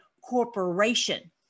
corporation